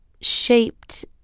shaped